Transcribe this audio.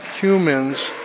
humans